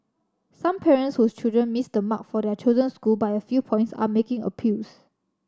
some parents whose children missed the mark for their chosen school by a few points are making appeals